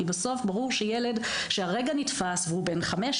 כי בסוף ברור שילד שכרגע נתפס והוא בן חמש,